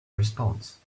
response